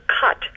cut